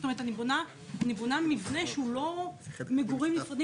זאת אומרת אני בונה מבנה שהוא לא מגורים נפרדים